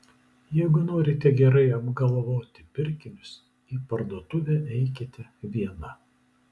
jeigu norite gerai apgalvoti pirkinius į parduotuvę eikite viena